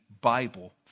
Bible